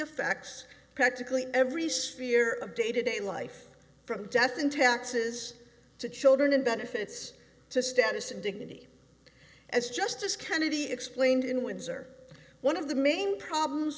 facts practically every sphere of day to day life from death and taxes to children and benefits to status and dignity as justice kennedy explained in windsor one of the main problems